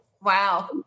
Wow